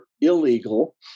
illegal